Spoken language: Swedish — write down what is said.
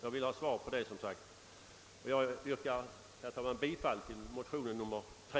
Jag yrkar, herr talman, bifall till motionen II:3.